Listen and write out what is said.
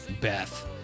Beth